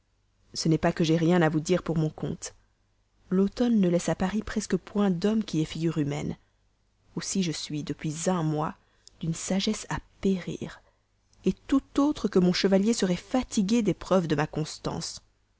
ce n'est pas que j'aie rien à vous dire pour mon compte l'automne ne laisse à paris presque point d'hommes qui aient figure humaine aussi je suis depuis un mois d'une sagesse à périr tout autre que mon chevalier serait fatigué des preuves de ma constance